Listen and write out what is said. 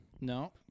No